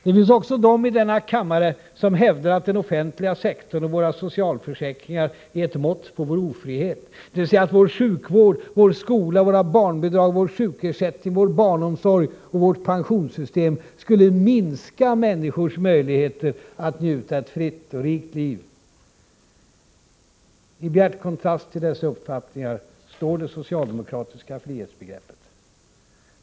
Det finns också dem i denna kammare som hävdar att den offentliga sektorn och våra socialförsäkringar är ett mått på vår ofrihet, dvs. att vår sjukvård, vår skola, våra barnbidrag, våra sjukersättningar, vår barnomsorg och vårt pensionssystem skulle minska människors möjligheter att njuta av ett fritt och rikt liv. I bjärt kontrast till dessa uppfattningar står det socialdemokratiska frihetsbegreppet.